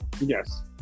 Yes